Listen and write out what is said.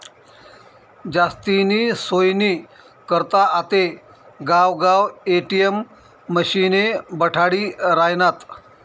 जास्तीनी सोयनी करता आते गावगाव ए.टी.एम मशिने बठाडी रायनात